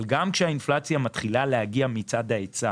אבל גם כשהאינפלציה מתחילה להגיע מצד ההיצע,